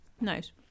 nice